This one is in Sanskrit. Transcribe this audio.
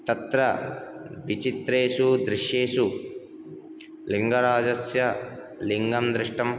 तत्र विचित्रेषु दृष्येषु लिङ्गराजस्य लिङ्गं दृष्टं